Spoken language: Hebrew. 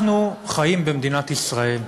אנחנו חיים במדינת ישראל.